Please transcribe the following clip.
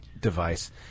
device